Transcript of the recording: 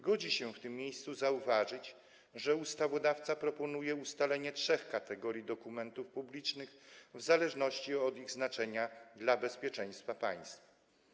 Godzi się w tym miejscu zauważyć, że ustawodawca proponuje ustalenie trzech kategorii dokumentów publicznych w zależności od ich znaczenia dla bezpieczeństwa państwa.